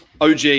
OG